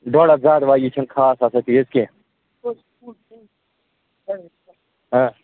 ڈۅڈ ہَتھ زیادٕ واجیٚنۍ چھَنہٕ خاص آسان تیٖژ کیٚنٛہہ آ